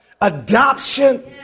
adoption